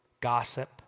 gossip